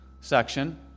section